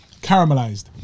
caramelized